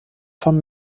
vom